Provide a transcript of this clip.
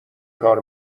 کار